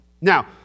Now